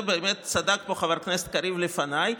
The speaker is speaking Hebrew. באמת צדק פה חבר הכנסת קריב לפניי: